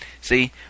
See